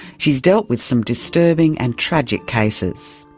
she's dealt with some disturbing and tragic cases.